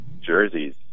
jerseys